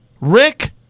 Rick